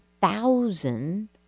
thousand